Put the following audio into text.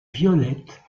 violette